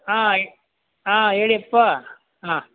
ಹಾಂ ಹಾಂ ಹೇಳಿ ಅಪ್ಪಾ ಹಾಂ